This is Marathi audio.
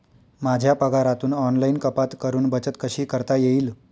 माझ्या पगारातून ऑनलाइन कपात करुन बचत कशी करता येईल?